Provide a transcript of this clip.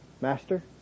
Master